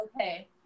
okay